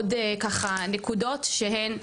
עוד ככה נקודות שהן,